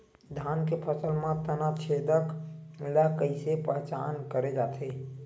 धान के फसल म तना छेदक ल कइसे पहचान करे जाथे?